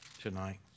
tonight